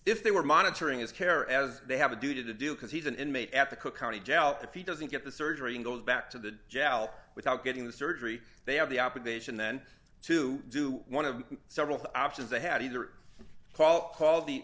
if they were monitoring his care as they have a duty to do because he's an inmate at the cook county jail if he doesn't get the surgery and goes back to the gel without getting the surgery they have the operation then to do one of several options they had either call call